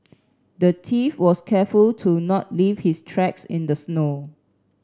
the thief was careful to not leave his tracks in the snow